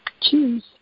choose